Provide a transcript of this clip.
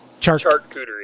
Charcuterie